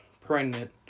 pregnant